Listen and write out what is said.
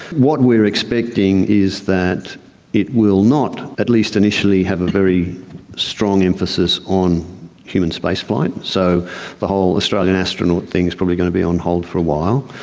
what we are expecting is that it will not, at least initially, have very strong emphasis on human spaceflight. so the whole australian astronaut thing is probably going to be on hold for a while.